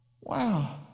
Wow